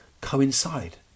coincide